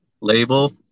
label